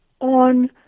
on